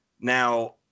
Now